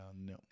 no